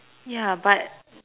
ya but